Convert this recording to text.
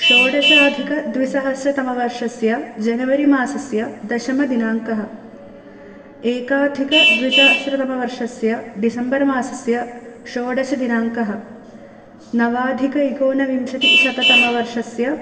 षोडशाधिकद्विसहस्रतमवर्षस्य जनवरि मासस्य दशमदिनाङ्कः एकाधिकद्विसहस्रतमवर्षस्य डिसेम्बर् मासस्य षोडशदिनाङ्कः नवाधिक एकोनविंशति शततमवर्षस्य